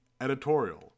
Editorial